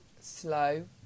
slow